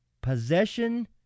possession